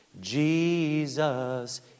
Jesus